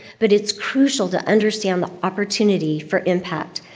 but it's crucial to understand the opportunity for impact.